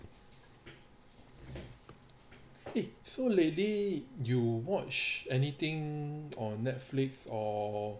so lately you watch anything or netflix or